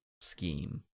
scheme